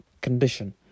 Condition